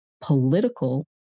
political